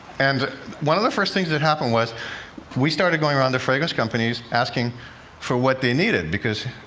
and one of the first things that happened was we started going around to fragrance companies asking for what they needed, because,